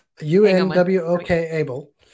U-N-W-O-K-Able